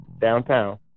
downtown